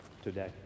today